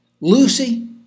Lucy